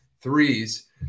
threes